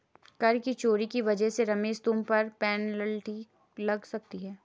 कर की चोरी की वजह से रमेश तुम पर पेनल्टी लग सकती है